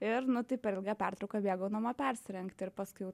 ir nu tai per ilgąją pertrauką bėgau namo persirengti ir paskui